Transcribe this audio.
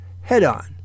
head-on